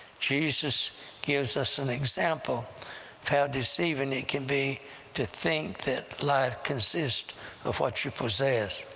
jesus gives us an example of how deceiving it can be to think that life consists of what you possess.